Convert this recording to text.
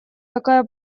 такая